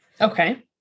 Okay